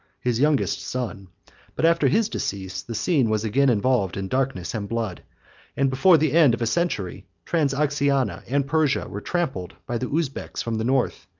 his youngest son but after his decease, the scene was again involved in darkness and blood and before the end of a century, transoxiana and persia were trampled by the uzbeks from the north,